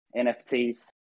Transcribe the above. NFTs